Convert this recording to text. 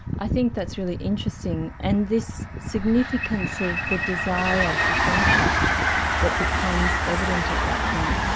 i think that's really interesting, and this significance of the desire for friendship that becomes evident at that point.